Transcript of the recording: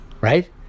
Right